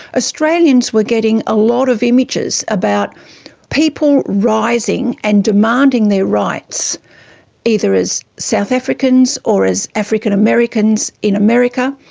australians were getting a lot of images about people rising and demanding their rights either as south africans or as african americans in america.